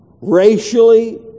racially